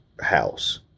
house